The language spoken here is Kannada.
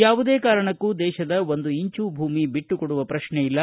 ಯಾವುದೇ ಕಾರಣಕ್ಕೂ ದೇಶದ ಒಂದು ಇಂಚು ಭೂಮಿ ಬಿಟ್ಟು ಕೊಡುವ ಪ್ರಶ್ನೆ ಇಲ್ಲ